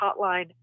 hotline